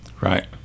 right